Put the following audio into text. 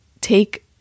take